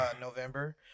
November